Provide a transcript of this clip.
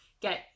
get